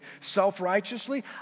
self-righteously